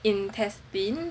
beef intestine